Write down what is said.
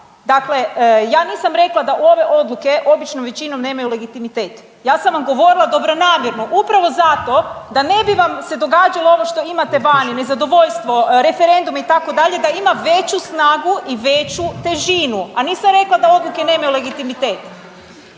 Dakle, ja nisam rekla da ove odluke običnom većinom nemaju legitimitet. Ja sam vam govorila dobronamjerno upravo zato da ne bi vam se događalo ovo što imate vani, nezadovoljstvo, referendum itd., da ima veću snagu i veću težinu, a nisam rekla da odluke nemaju legitimitet.